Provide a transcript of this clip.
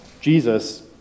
Jesus